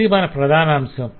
అది మన ప్రధానాంశం